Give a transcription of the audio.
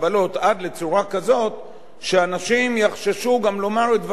שאנשים יחששו גם לומר דברים שהם לגיטימיים לומר,